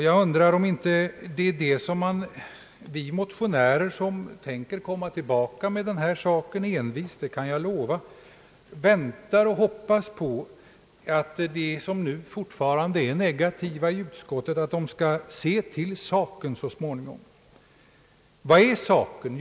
Jag undrar, om inte vi motionärer, som tänker komma tillbaka med denna fråga envist — det kan jag utlova — väntar och hoppas på att de som nu fortfarande är negativa i utskottet skall se till saken så småningom. Vad är saken?